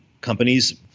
companies –